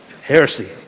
Heresy